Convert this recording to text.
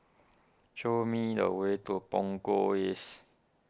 show me the way to Punggol East